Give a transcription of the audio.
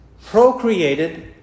procreated